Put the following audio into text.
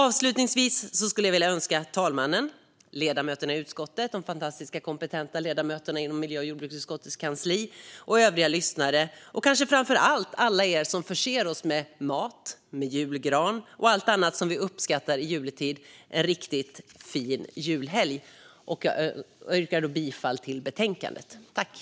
Avslutningsvis önskar jag talmannen, ledamöterna i utskottet, de fantastiska och kompetenta tjänstemännen i miljö och jordbruksutskottets kansli, åhörarna och kanske framför allt alla er som förser oss med mat, julgran och allt annat vi uppskattar i juletid en riktigt fin julhelg. Jag yrkar bifall till utskottets förslag.